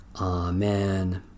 Amen